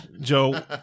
Joe